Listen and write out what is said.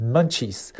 Munchies